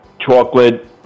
chocolate